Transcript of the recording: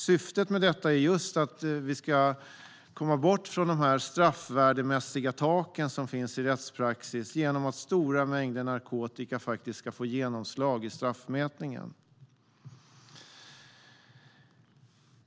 Syftet med detta är just att vi ska komma bort från de straffvärdemässiga tak som finns i rättspraxis genom att stora mängder narkotika ska få genomslag i straffmätningen.